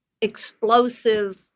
explosive